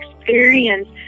experience